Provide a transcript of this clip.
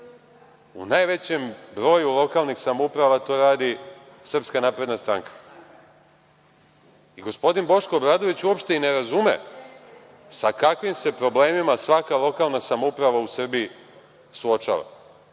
U najvećem broju lokalnih samouprava to radi SNS.Gospodin Boško Obradović uopšte i ne razume sa kakvim se problemima svaka lokalna samouprava u Srbiji suočava.